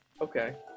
okay